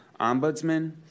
ombudsman